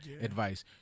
advice